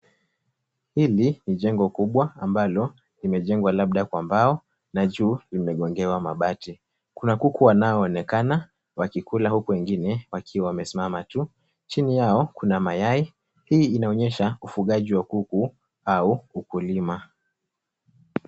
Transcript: Hili ni jengo kubwa ambalo limejengwa labda kwa mbao na juu imegongengewa mabati. Kuna kuku wanaoonekana wakikula huku wengine wakiwa wamesimama tu. Chini yao kuna mayai . Hii inaonyesha ufugaji wa kuku au ukulima.